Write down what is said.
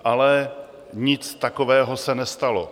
Ale nic takového se nestalo.